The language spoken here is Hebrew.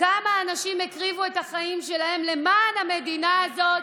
כמה אנשים הקריבו את החיים שלהם למען המדינה הזאת,